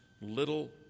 little